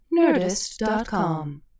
Nerdist.com